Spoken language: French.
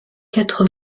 quatre